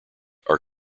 are